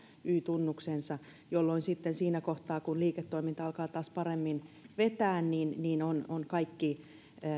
y tunnuksensa jolloin sitten siinä kohtaa kun liiketoiminta alkaa taas paremmin vetää on on kaikki